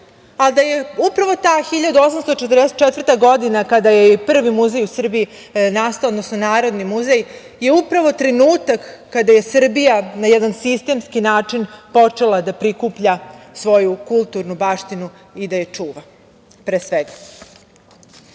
Ali, da je upravo ta 1844. godina, kada je i prvi muzej u Srbiji nastao, odnosno narodni muzej je upravo trenutak kada je Srbija na jedan sistemski način počela da prikuplja svoju kulturnu baštinu i da je čuva, pre